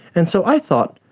and so i thought,